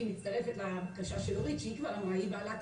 מצטרפת לחברת הכנסת אורית סטרוק שהיא בעלת